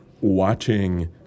watching